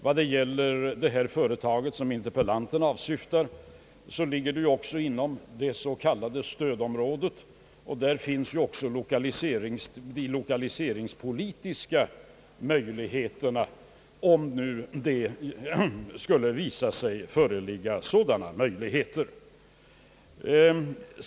Vad gäller det företag som interpellanten åsyftar ligger det dessutom inom det s.k. stödområdet, och där finns även de lokaliseringspolitiska möjligheterna om det skulle visa sig lämpligt att utnyttja dem.